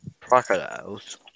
Crocodiles